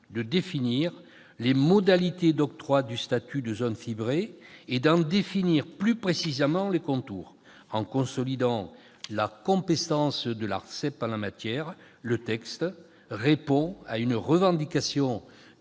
de définir les modalités d'octroi du statut de zone fibrée et d'en définir plus précisément les contours. En consolidant la compétence de l'ARCEP en la matière, le texte répond à une revendication des